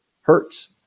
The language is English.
Hurts